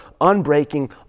unbreaking